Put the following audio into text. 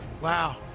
wow